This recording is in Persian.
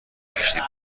کشیدی